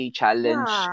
challenge